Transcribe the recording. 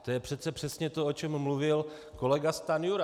To je přece přesně to, o čem mluvil kolega Stanjura.